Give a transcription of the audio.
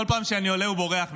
כל פעם שאני עולה, הוא בורח.